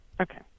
Okay